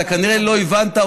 אתה כנראה לא הבנת,